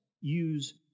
use